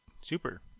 super